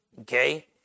okay